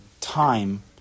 time